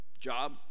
Job